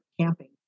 camping